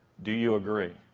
do you agree?